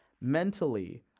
Mentally